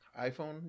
iphone